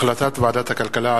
החלטת ועדת הכלכלה,